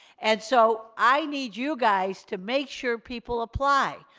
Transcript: and so, i need you guys to make sure people apply.